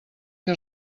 que